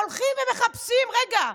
הולכים ומחפשים: רגע,